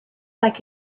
like